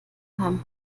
haben